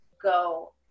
go